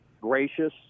gracious